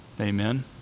Amen